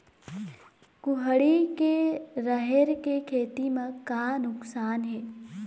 कुहड़ी के राहेर के खेती म का नुकसान हे?